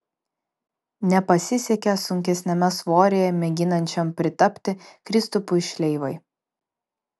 nepasisekė sunkesniame svoryje mėginančiam pritapti kristupui šleivai